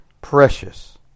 precious